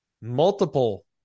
multiple